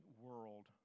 world